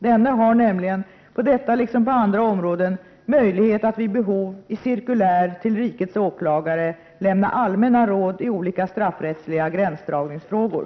Denne har nämligen på detta liksom på andra områden möjlighet att vid behov i cirkulär till rikets åklagare lämna allmänna råd i olika straffrättsliga gränsdragningsfrågor.